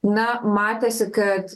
na matėsi kad